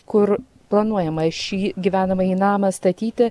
kur planuojama šį gyvenamąjį namą statyti